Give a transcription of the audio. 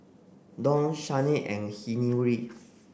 Dawn Shannen and Henery